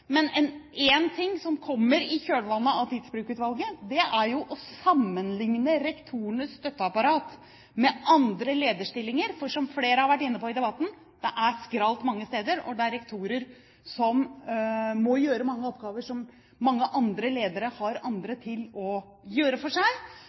Men én ting som kommer i kjølvannet av Tidsbrukutvalget, er å sammenligne rektorenes støtteapparat med andre lederstillinger, for som flere har vært inne på i debatten, er det skralt mange steder. Det er rektorer som må gjøre mange oppgaver som mange andre ledere har andre